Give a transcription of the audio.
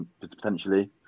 potentially